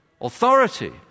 authority